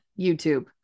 YouTube